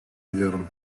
ediyorum